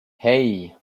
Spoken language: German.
hei